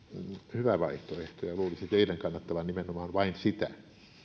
hyvä vaihtoehto ja luulisi teidän kannattavan vain nimenomaan sitä